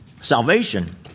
Salvation